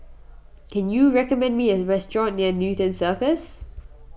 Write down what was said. can you recommend me a restaurant near Newton Circus